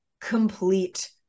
complete